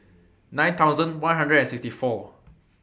nine thousand one hundred and sixty four